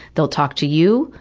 they'll talk to you,